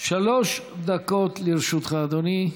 שלוש דקות לרשותך, אדוני.